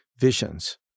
visions